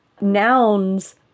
nouns